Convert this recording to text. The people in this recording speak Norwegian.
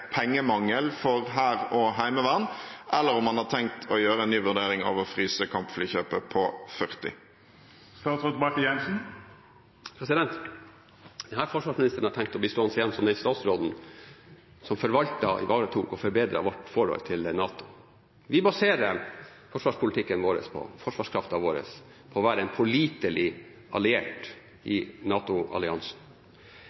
pengemangel for hær og heimevern, eller om han har tenkt å gjøre en ny vurdering av å fryse kampflykjøpet på 40. Denne forsvarsministeren har tenkt å bli stående igjen som den statsråden som forvaltet, ivaretok og forbedret vårt forhold til NATO. Vi baserer forsvarspolitikken vår på forsvarskraften vår, på å være en pålitelig alliert i